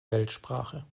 weltsprache